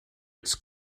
its